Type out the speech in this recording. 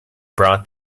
brought